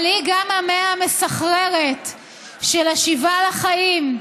אבל היא גם המאה המסחררת של השיבה לחיים,